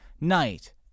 Night